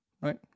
right